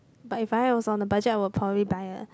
but if I was on a budget I would probably buy a